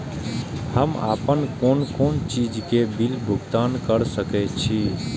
हम आपन कोन कोन चीज के बिल भुगतान कर सके छी?